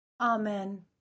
Amen